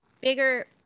bigger